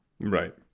Right